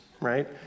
right